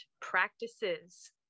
practices